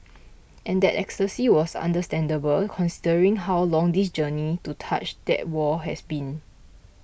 and that ecstasy was understandable considering how long this journey to touch that wall has been